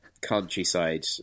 countryside